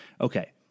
Okay